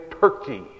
Turkey